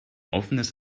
offenes